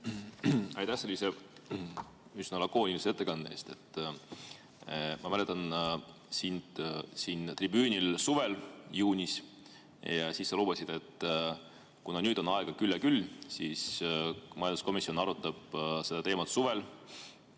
Aitäh sellise üsna lakoonilise ettekande eest! Ma mäletan sind siin tribüünil suvel juunis. Siis sa lubasid, et kuna nüüd on aega küll ja küll, siis majanduskomisjon arutab seda teemat suvel.